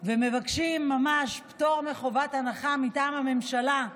ומבקשים ממש פטור מחובת הנחה מטעם הממשלה,